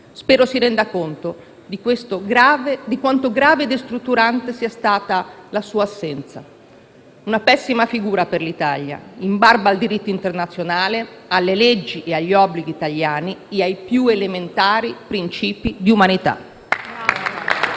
Spero si renda conto di quanto grave e destrutturante sia stata la sua assenza; una pessima figura per l'Italia, in barba al diritto internazionale, alle leggi, agli obblighi italiani e ai più elementari principi di umanità.